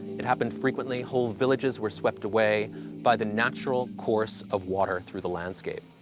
it happened frequently. whole villages were swept away by the natural course of water through the landscape.